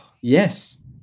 Yes